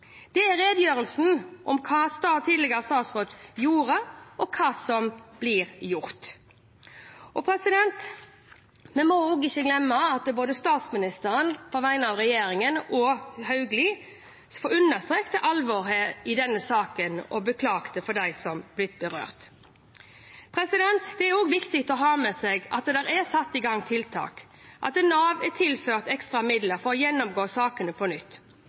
om hva den tidligere statsråden gjorde, og hva som blir gjort. Vi må heller ikke glemme at både statsministeren, på vegne av regjeringen, og Hauglie understreket alvoret i denne saken og beklaget overfor de som har blitt berørt. Det er også viktig å ha med seg at det er satt i gang tiltak. Nav er tilført ekstra midler for å gjennomgå sakene på nytt.